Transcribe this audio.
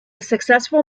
successful